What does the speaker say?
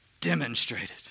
Demonstrated